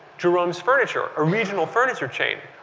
jerome's furniture, a regional furniture chain,